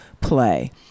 play